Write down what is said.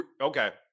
okay